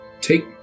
take